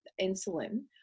insulin